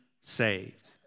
saved